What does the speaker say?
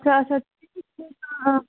ژےٚ آسیٚتھ